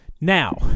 now